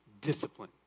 discipline